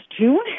June